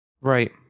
right